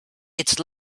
its